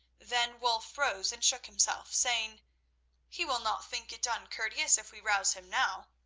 then wulf rose and shook himself, saying he will not think it uncourteous if we rouse him now,